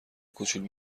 کوچول